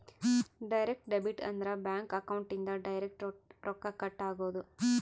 direct debit ಅಂದ್ರ bank account ಇಂದ direct ರೊಕ್ಕ ಕಟ್ ಆಗೋದು